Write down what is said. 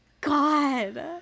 God